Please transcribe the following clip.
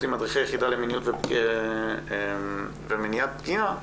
עם מדריכי יחידה למיניות ומניעת פגיעה,